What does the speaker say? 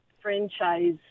franchise